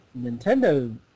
Nintendo